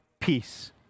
Peace